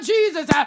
Jesus